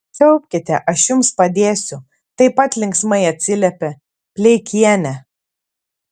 siaubkite aš jums padėsiu taip pat linksmai atsiliepė pleikienė